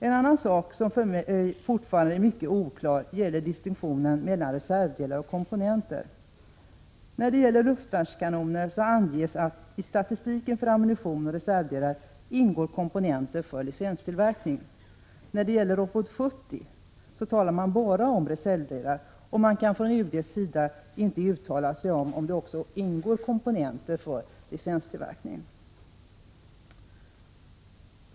En annan sak som fortfarande är mycket oklar gäller distinktionen mellan reservdelar och komponenter. När det gäller luftvärnskanoner anges att i statistiken för ammunition och reservdelar ingår också komponenter för licenstillverkning. När det gäller Robot 70 talar man bara om reservdelar. Man kan från UD:s sida inte uttala sig om huruvida det också ingår komponenter för licenstillverkning.